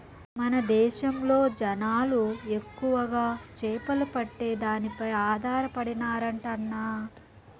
మన దేశంలో జనాలు ఎక్కువగా చేపలు పట్టే దానిపై ఆధారపడినారంటన్నా